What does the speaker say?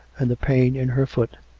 and the pain in her foot,